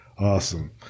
Awesome